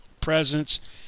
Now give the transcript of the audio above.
presence